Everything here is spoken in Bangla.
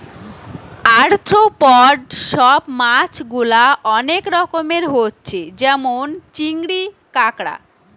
আর্থ্রোপড সব মাছ গুলা অনেক রকমের হচ্ছে যেমন চিংড়ি, কাঁকড়া